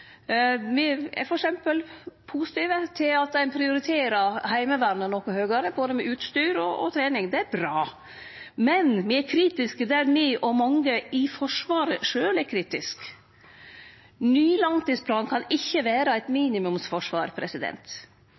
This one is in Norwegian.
Me er f.eks. positive til at ein prioriterer Heimevernet noko høgare når det gjeld både utstyr og trening. Det er bra. Men me er kritiske der òg mange i Forsvaret sjølv er kritiske. Ny langtidsplan kan ikkje innebere eit minimumsforsvar.